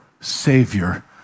Savior